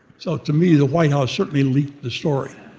so to me the whitehouse certainly leaked the story.